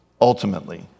ultimately